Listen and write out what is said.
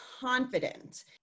confident